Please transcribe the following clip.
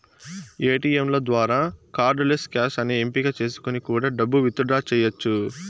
ఏటీయంల ద్వారా cardless cash అనే ఎంపిక చేసుకొని కూడా డబ్బు విత్ డ్రా చెయ్యచ్చు